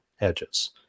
edges